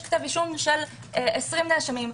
יש כתב אישום של 20 נאשמים.